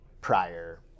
prior